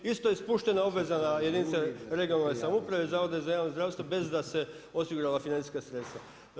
Isto je spuštena obveza na jedinice regionalne samouprave i Zavoda za javno zdravstvo bez da su se osigurala financijska sredstva.